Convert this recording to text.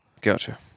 Gotcha